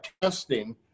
testing